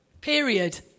Period